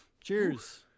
Cheers